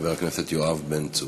אחריה, חבר הכנסת יואב בן צור.